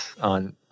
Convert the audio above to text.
on